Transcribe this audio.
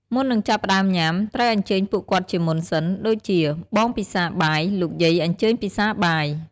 មុននឹងចាប់ផ្តើមញ៉ាំ ត្រូវអញ្ជើញពួកគាត់ជាមុនសិន ដូចជា "បងពិសាបាយ! លោកយាយអញ្ជើញពិសាបាយ!"។